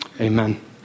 amen